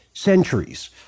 Centuries